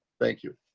thank you.